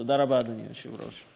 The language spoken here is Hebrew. תודה רבה, אדוני היושב-ראש.